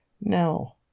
no